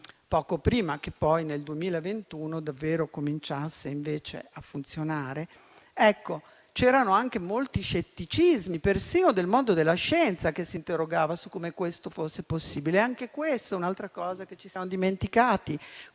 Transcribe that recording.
poco prima che poi, nel 2021, davvero cominciasse invece a funzionare - c'erano anche molti scetticismi, persino nel mondo della scienza, che si interrogava su come questo fosse possibile. Questa è un'altra cosa che ci siamo dimenticati.